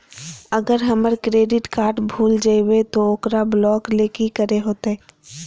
अगर हमर credit card भूल जइबे तो ओकरा ब्लॉक लें कि करे होते?